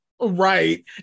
right